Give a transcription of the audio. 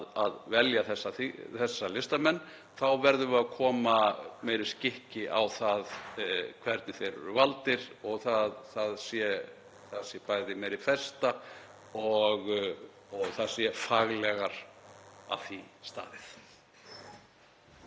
velja þessa listamenn þá verðum við að koma meiri skikki á það hvernig þeir eru valdir, að það sé bæði meiri festa og faglegar að því staðið.